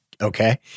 okay